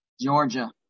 georgia